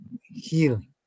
healing